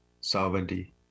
sovereignty